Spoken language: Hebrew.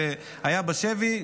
והיה בשבי,